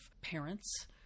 parents